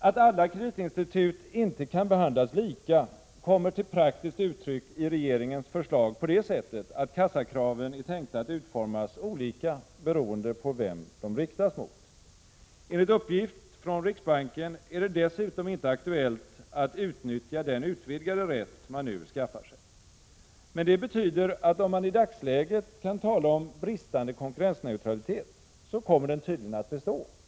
Att alla kreditinstitut inte kan behandlas lika kommer till praktiskt uttryck i regeringens förslag på det sättet att kassakraven är tänkta att utformas olika beroende på vem de riktas mot. Enligt uppgift från riksbanken är det dessutom inte aktuellt att utnyttja den utvidgade rätt man nu skaffar sig. Men det betyder, att om man i dagsläget kan tala om bristande konkurrensneutralitet, kommer den tydligen att bestå.